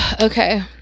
okay